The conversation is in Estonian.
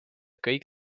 kõik